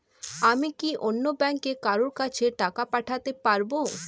আমি কি অন্য ব্যাংকের কারো কাছে টাকা পাঠাতে পারেব?